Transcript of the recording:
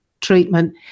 treatment